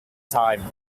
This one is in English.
time